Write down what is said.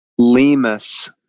Lemus